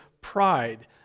pride